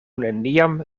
neniam